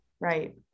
right